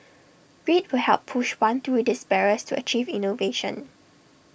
grit will help push one through these barriers to achieve innovation